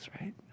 right